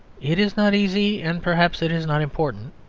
it is not easy, and perhaps it is not important,